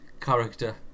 character